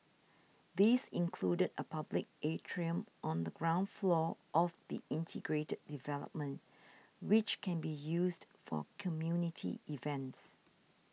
these included a public atrium on the ground floor of the integrated development which can be used for community events